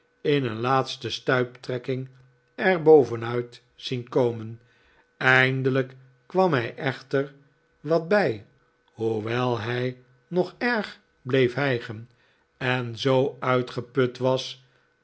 in een laatste stuiptrekking er bovenuit zien komen eindelijk kwam hij echter wat bij hoewel hij nog erg bleef hijgen en zoo uitgeput was